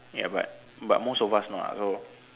ya but but most of us not ah so